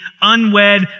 unwed